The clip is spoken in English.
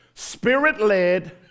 Spirit-led